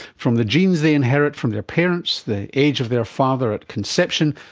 from the genes they inherit from their parents, the age of their father at conception,